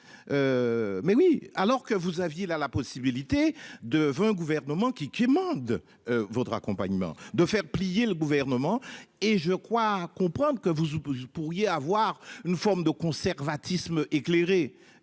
Mais oui alors que vous aviez la possibilité de 20. Gouvernement qui quémande. Votre accompagnement de faire plier le gouvernement et je crois comprendre que vous pourriez avoir une forme de conservatisme éclairé.